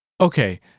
Okay